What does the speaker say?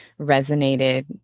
resonated